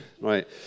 Right